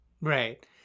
Right